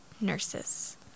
nurses